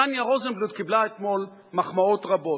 טניה רוזנבליט קיבלה מחמאות רבות אתמול.